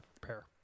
prepare